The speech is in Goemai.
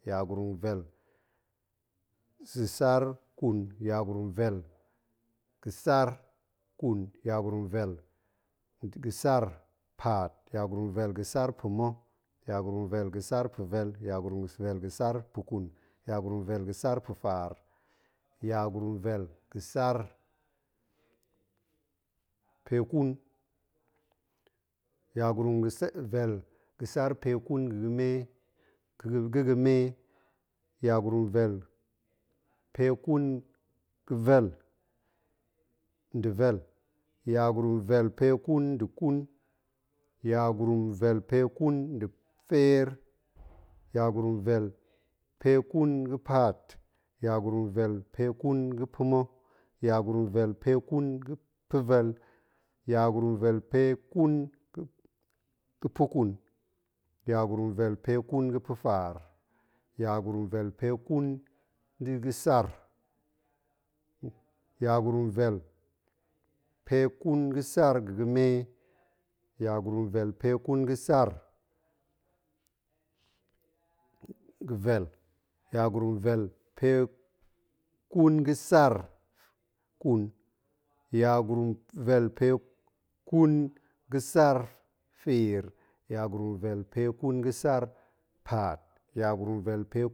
Yagurum vel ga̱ sar ƙun-yagurum vel ga̱ sar ƙun yagurum vel ga̱ sar paat, yagurum vel ga̱ sar pa̱ma̱ yagurum vel ga̱ sar pa̱vel, yagurum vel ga̱ sar pa̱ƙun, yagurum vel ga̱ sar pa̱faar, yagurum vel ga̱ sar pe ƙun, yagurum ga̱ sa vel ga̱ sar pe ƙun ga̱ ga̱me, ga̱-ga̱ ga̱me, yagurum vel pe ƙun ga̱ vel nda̱ vel, yagurum vel pe ƙun nda̱ ƙun, yagurum vel pe ƙun nda̱ feer, yagurum vel pe ƙun ga̱ paat, yagurum vel pe ƙun ga̱ pa̱ma̱, yagurum vel pe ƙun ga̱ pa̱vel, yagurum vel pe ƙun ga̱ puƙun, yagurum vel pe ƙun ga̱ pa̱faar, yagurum vel pe ƙun da̱ ga̱ sar, yagurum vel pe ƙun ga̱ sar ga̱ ga̱me, yagurum vel pe ƙun ga̱ sar ga̱ vel, yagurum vel pe ƙun ga̱ sar ƙun, yagurum vel pe ƙun ga̱ feer, yagurum vel pe ƙun ga̱ sar paat, yagurum vel pe.